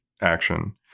Action